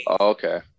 Okay